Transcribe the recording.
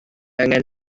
angen